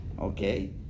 Okay